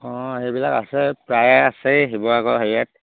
অঁ সেইবিলাক আছে প্ৰায়ে আছে শিৱসাগৰ হেৰিয়াত